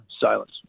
silence